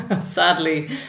sadly